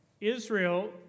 Israel